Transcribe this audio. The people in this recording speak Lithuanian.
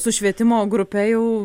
su švietimo grupe jau